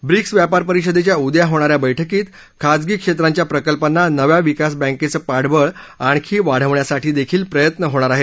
BRICS व्यापार परिषदेच्या उद्या होणाऱ्या बैठकीत खाजगी क्षेत्रांच्या प्रकल्पांना नव्या विकास बँकेचं पाठबळ आणखी वाढवण्यासाठी देखील प्रयत्न होणार आहेत